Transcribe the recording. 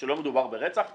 כשלא מדובר ברצח,